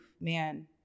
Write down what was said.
man